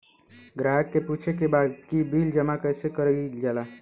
ग्राहक के पूछे के बा की बिल जमा कैसे कईल जाला?